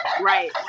Right